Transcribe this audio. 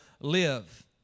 live